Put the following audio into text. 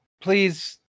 please